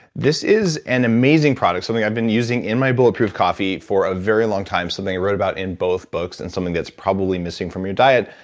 this is an amazing product, something i've been using in my bulletproof coffee for a very long time, something i wrote about in both books, and something that's probably missing from your diet,